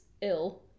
ill